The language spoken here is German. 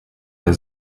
der